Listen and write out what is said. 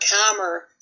calmer